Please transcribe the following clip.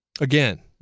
again